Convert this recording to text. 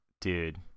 Dude